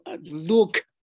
Look